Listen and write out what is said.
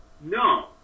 No